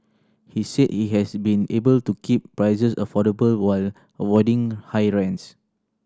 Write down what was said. he said he has been able to keep prices affordable while avoiding high rents